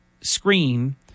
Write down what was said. screen